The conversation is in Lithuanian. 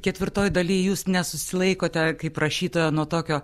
ketvirtoj daly jūs nesusilaikote kaip rašytoja nuo tokio